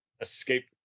Escape